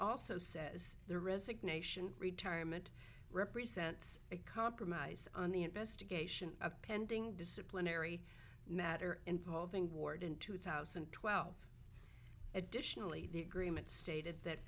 also says the resignation retirement represents a compromise on the investigation a pending disciplinary matter involving ward in two thousand and twelve additionally the agreement stated that